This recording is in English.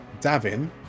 Davin